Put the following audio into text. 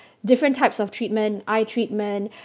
different types of treatment eye treatment